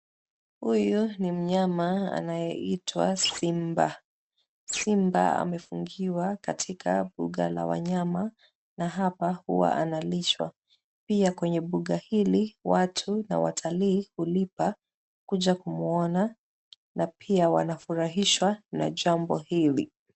Huyu ni mnyama anayeitwa simba. Simba amefungiwa katika buga la wanyama na hapa huwa analishwa. Pia kwenye buga hili watu na watalii hulipa kuja kumuona na pia wanafurahishwa na jambo hili.